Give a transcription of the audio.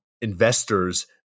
investors